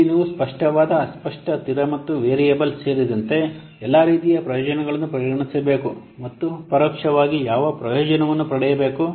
ಇಲ್ಲಿ ನೀವು ಸ್ಪಷ್ಟವಾದ ಅಸ್ಪಷ್ಟ ಸ್ಥಿರ ಮತ್ತು ವೇರಿಯಬಲ್ ಸೇರಿದಂತೆ ಎಲ್ಲಾ ರೀತಿಯ ಪ್ರಯೋಜನಗಳನ್ನು ಪರಿಗಣಿಸಬೇಕು ಮತ್ತು ಪರೋಕ್ಷವಾಗಿ ಯಾವ ಪ್ರಯೋಜನವನ್ನು ಪಡೆಯಬೇಕು